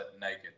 naked